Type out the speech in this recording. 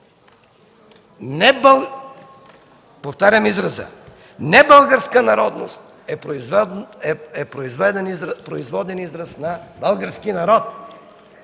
повтарям, изразът „небългарска народност” е производен израз на „български народ”.